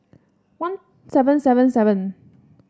one seven seven seven